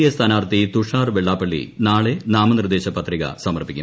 A സ്ഥാനാർത്ഥി തുഷാർ വെള്ളാപ്പള്ളി നാളെ നാമനിർദ്ദേശപത്രിക സമർപ്പിക്കും